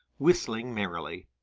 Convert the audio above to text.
whistling merrily.